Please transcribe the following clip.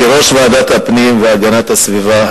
כראש ועדת הפנים והגנת הסביבה,